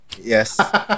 Yes